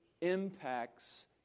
impacts